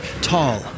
tall